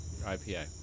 IPA